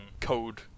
code